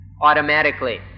automatically